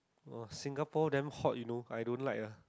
Singapore damn hot you know I don't like ah